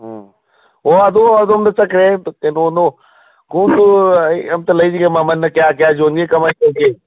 ꯑꯥ ꯑꯣ ꯑꯗꯨ ꯑꯗꯣꯝꯗ ꯆꯠꯈ꯭ꯔꯦ ꯀꯩꯅꯣꯗꯣ ꯈꯣꯡꯎꯞꯇꯨ ꯑꯩ ꯑꯃꯇ ꯂꯩꯖꯒꯦ ꯃꯃꯜꯅ ꯀꯌꯥ ꯀꯌꯥ ꯌꯣꯟꯒꯦ ꯀꯃꯥꯏ ꯇꯧꯒꯦ